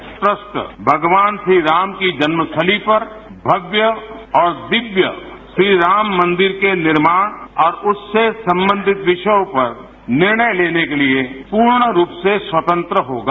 ये ट्रस्ट भगवान श्रीराम की जन्मस्थली पर भव्य और दिव्य श्री राममंदिर के निर्माण और उससे संबंधित विषयों पर निर्णय लेने के लिए पूर्ण रूप से स्वतंत्र होगा